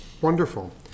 wonderful